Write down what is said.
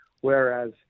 whereas